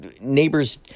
neighbors